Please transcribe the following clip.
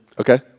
Okay